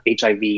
HIV